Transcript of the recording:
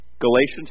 Galatians